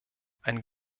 ein